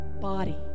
body